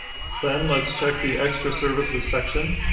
then let's check the extra services section,